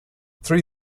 three